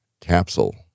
capsule